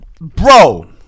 Bro